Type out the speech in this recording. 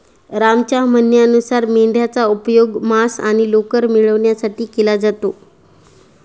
रामच्या म्हणण्यानुसार मेंढयांचा उपयोग मांस आणि लोकर मिळवण्यासाठी केला जातो